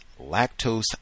lactose